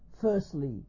Firstly